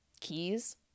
keys